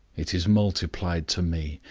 it is multiplied to me,